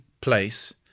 place